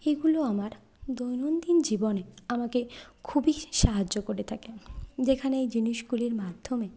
এগুলো আমার দৈনন্দিন জীবনে আমাকে খুবই সাহায্য করে থাকে যেখানে এই জিনিসগুলির মাধ্যমে